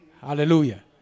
Hallelujah